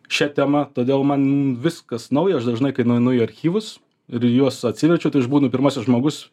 šia tema todėl man viskas nauja aš dažnai kai nueinu į archyvus ir juos atsiverčiutai aš būnu pirmasis žmogus